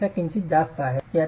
2 पेक्षा किंचित जास्त आहेत